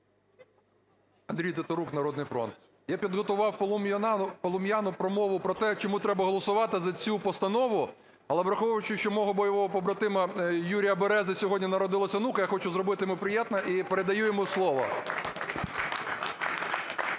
Андрій Тетерук, "Народний фронт". Я підготував полум'яну промову про те, чому треба голосувати за цю постанову. Але, враховуючи, що в мого бойового побратима Юрія Берези сьогодні народилася онука, я хочу зробити йому приємне і передаю йому слово.